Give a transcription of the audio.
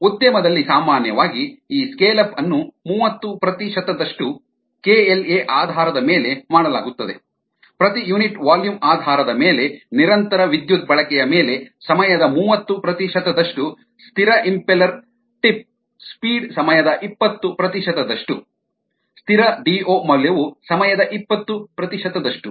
ಉದ್ಯಮದಲ್ಲಿ ಸಾಮಾನ್ಯವಾಗಿ ಈ ಸ್ಕೇಲ್ ಅಪ್ ಅನ್ನು ಮೂವತ್ತು ಪ್ರತಿಶತದಷ್ಟು KLa ಆಧಾರದ ಮೇಲೆ ಮಾಡಲಾಗುತ್ತದೆ ಪ್ರತಿ ಯೂನಿಟ್ ವಾಲ್ಯೂಮ್ ಆಧಾರದ ಮೇಲೆ ನಿರಂತರ ವಿದ್ಯುತ್ ಬಳಕೆಯ ಮೇಲೆ ಸಮಯದ ಮೂವತ್ತು ಪ್ರತಿಶತದಷ್ಟು ಸ್ಥಿರ ಇಂಪೆಲ್ಲರ್ ಟಿಪ್ ಸ್ಪೀಡ್ ಸಮಯದ ಇಪ್ಪತ್ತು ಪ್ರತಿಶತದಷ್ಟು ಸ್ಥಿರ ಡಿಒ DO ಮೌಲ್ಯವು ಸಮಯದ ಇಪ್ಪತ್ತು ಪ್ರತಿಶತದಷ್ಟು